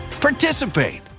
participate